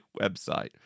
website